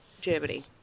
Germany